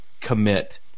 commit